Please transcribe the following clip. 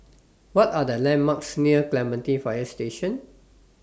What Are The landmarks near Clementi Fire Station